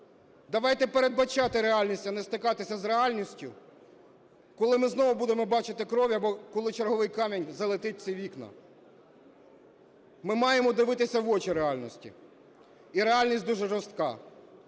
Давайте передбачати реальність, а не стикатися з реальністю, коли ми знову будемо бачити кров або коли черговий камінь залетить в ці вікна. Ми маємо дивитися в очі реальності, і реальність дуже жорстка.